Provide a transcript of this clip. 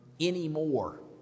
anymore